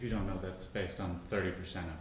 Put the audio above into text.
if you don't know that it's based on thirty percent